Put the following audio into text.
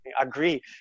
agree